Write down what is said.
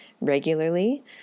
regularly